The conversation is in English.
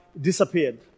disappeared